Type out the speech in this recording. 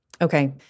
Okay